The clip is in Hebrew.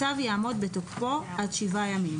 הצו יעמוד בתוקפו עד 7 ימים.